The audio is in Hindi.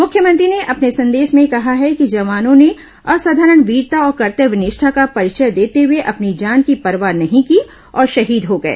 मुख्यमंत्री ने अपने संदेश में कहा है कि जवानों ने असाधारण वीरता और कर्तव्य निष्ठा का परिचय देते हुए अपनी जान की परवाह नहीं की और शहीद हो गए